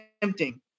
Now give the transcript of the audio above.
tempting